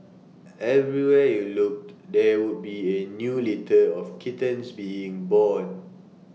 everywhere you looked there would be A new litter of kittens being born